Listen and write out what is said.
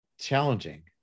challenging